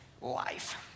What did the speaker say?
life